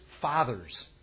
fathers